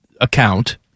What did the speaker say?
account